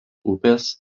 upės